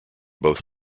both